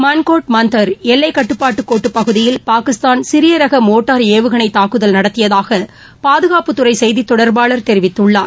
மன்கோட் மந்தர் எல்லைக் கட்டுப்பாட்டுக் கோட்டுப் பகுதியில் பாகிஸ்தான் சிறிய ரக மோட்டார் ஏவுகணை தாக்குதல் நடத்தியதாக பாதுகாப்புத்துறை செய்தி தொடர்பாளர் தெரிவித்துள்ளார்